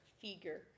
Figure